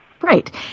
Right